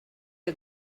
are